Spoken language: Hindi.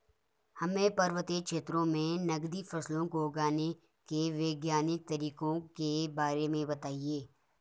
हमें पर्वतीय क्षेत्रों में नगदी फसलों को उगाने के वैज्ञानिक तरीकों के बारे में बताइये?